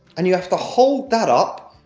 and you have to hold that up,